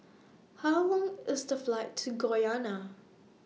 How Long IS The Flight to Guyana